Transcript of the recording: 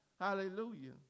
Hallelujah